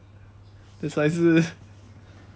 that's why 是